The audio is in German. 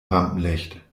rampenlicht